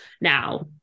now